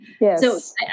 yes